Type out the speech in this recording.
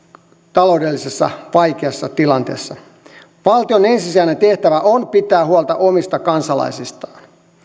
taloudellisessa vaikeassa tilanteessa valtion ensisijainen tehtävä on pitää huolta omista kansalaisistaan